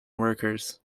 workers